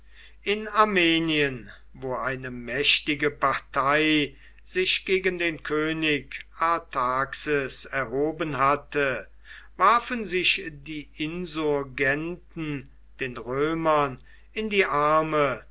in armenien wo eine mächtige partei sich gegen den könig artaxes erhoben hatte warfen sich die insurgenten den römern in die arme